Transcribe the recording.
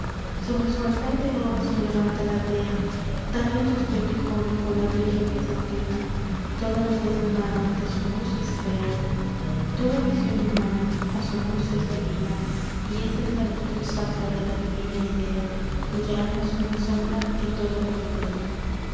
sobre su altar de oro se levanta la dea tal en su aspecto icónico la virgen bizantina toda belleza humana ante su luz es fea toda visión humana a su luz es divina y esa es la virtud sacra de la divina idea cuya alma es una sombra que todo lo ilumina